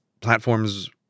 platforms